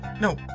No